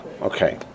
okay